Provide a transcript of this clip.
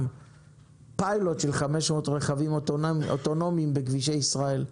פיילוט של 500 רכבים אוטונומיים בכבישי ישראל,